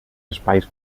espais